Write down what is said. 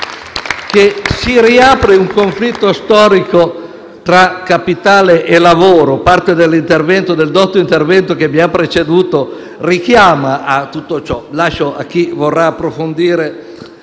che si riapre un conflitto storico tra capitale e lavoro. Parte del dotto intervento che mi ha preceduto richiama a tutto ciò. Lascio a chi lo vorrà di approfondire